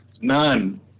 None